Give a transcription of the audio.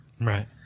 Right